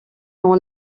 dans